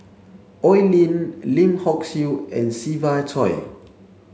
Oi Lin Lim Hock Siew and Siva Choy